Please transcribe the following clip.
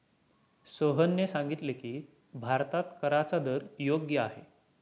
सोहनने सांगितले की, भारतात कराचा दर योग्य आहे